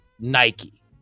Nike